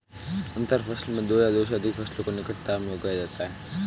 अंतर फसल में दो या दो से अघिक फसलों को निकटता में उगाया जाता है